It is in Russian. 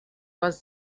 вас